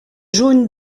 jaunes